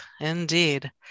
indeed